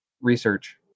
research